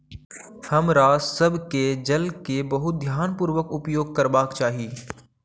हमरा सभ के जल के बहुत ध्यानपूर्वक उपयोग करबाक चाही